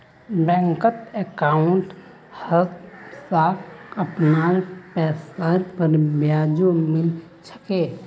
बैंकत अंकाउट हमसाक अपनार पैसार पर ब्याजो मिल छेक